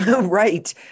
Right